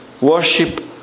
worship